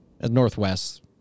Northwest